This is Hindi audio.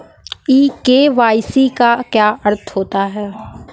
ई के.वाई.सी का क्या अर्थ होता है?